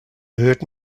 heard